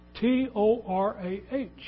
T-O-R-A-H